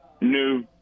new